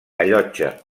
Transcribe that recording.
allotja